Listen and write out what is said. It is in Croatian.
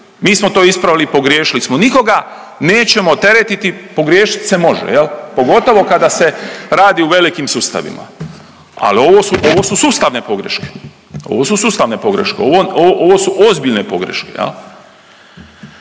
mi smo to ispravili, pogriješili smo. Nikoga nećemo teretiti, pogriješit se može jel' pogotovo kada se radi u velikim sustavima. Ali ovo su, ovo su sustavne pogreške. Ovo su ozbiljne pogreške.